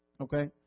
Okay